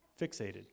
fixated